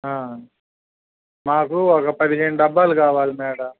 మాకు ఒక పదిహేను డబ్బాలు కావాలి మేడమ్